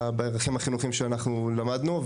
בערכים החינוכיים שאנחנו למדנו.